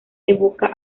evoca